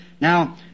Now